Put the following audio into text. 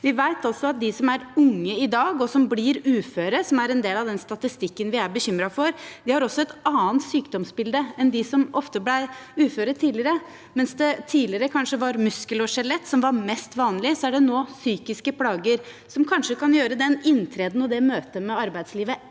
at de unge i dag som blir uføre, og som er en del av den statistikken vi er bekymret for, ofte har et annet sykdomsbilde enn dem som ble uføre tidligere. Mens det tidligere kanskje var muskel- og skjelettplager som var mest vanlig, er det nå psykiske plager, noe som kanskje kan gjøre inntredenen og møtet med arbeidslivet